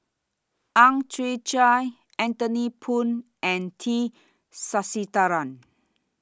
Ang Chwee Chai Anthony Poon and T Sasitharan